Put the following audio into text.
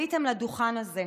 עליתם לדוכן הזה,